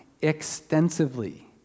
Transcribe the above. extensively